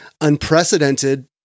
unprecedented